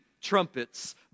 trumpets